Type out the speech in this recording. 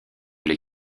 les